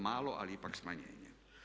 Malo, ali ipak smanjenje.